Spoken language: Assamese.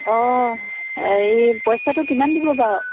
অঁ হেৰি পইচাটো কিমান দিব বাৰু